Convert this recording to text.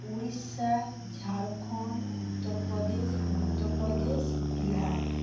Orissa Jharkhand Uttar Pradesh Madhya Pradesh Bihar